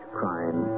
crime